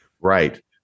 Right